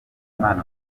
impano